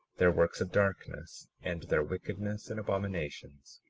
their works of darkness, and their wickedness and abominations.